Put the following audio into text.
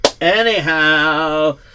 Anyhow